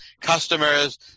customers